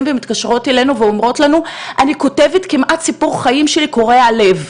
ומתקשרות ואומרות לנו שהן כותבות את סיפור החיים שלהן קורע לב,